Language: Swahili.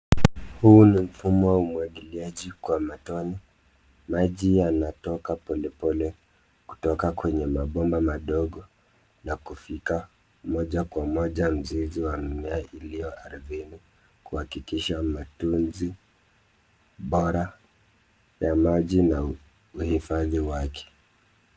Huu ni mfumo wa umwakiliaji kwa matone, maji yanatoka polepole kutoka kwenye mapomba madogo na kufika moja kwa moja mizizi wa mimea iliyo ardhini kuhakikisha matunzi bora ya maji na uhifadhi wake.